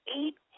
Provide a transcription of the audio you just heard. eight